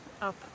up